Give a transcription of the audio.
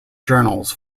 journals